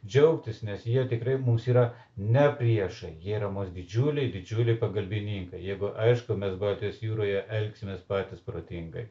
džiaugtis nes jie tikrai mums yra ne priešai jie yra mums didžiuliai didžiuliai pagalbininkai jeigu aišku mes baltijos jūroje elgsimės patys protingai